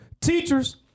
teachers